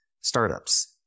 startups